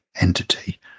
entity